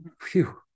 Phew